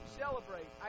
celebrate